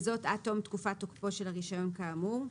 וזאת עד תום תקופת תוקפו של הרישיון האמור.